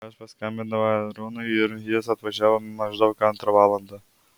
aš paskambinau aaronui ir jis atvažiavo maždaug antrą valandą